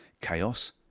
chaos